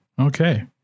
Okay